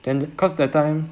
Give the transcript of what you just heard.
then cause that time